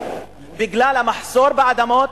בגלל המחסור באדמות.